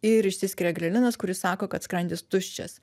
ir išsiskiria grelinas kuris sako kad skrandis tuščias